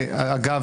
אגב,